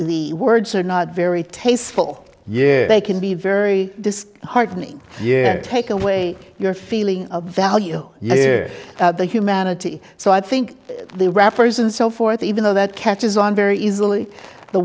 words are not very tasteful yet they can be very disk heartening yeah take away your feeling of value yeah the humanity so i think they rappers and so forth even though that catches on very easily the